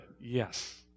yes